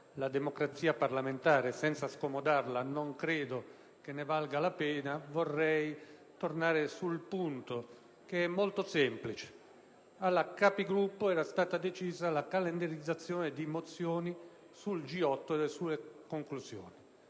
la democrazia parlamentare e senza scomodarla, in quanto non credo ne valga la pena, vorrei tornare su un punto che è molto semplice. Alla Conferenza dei Capigruppo era stata decisa la calendarizzazione di mozioni sul G8 e sulle sue conclusioni.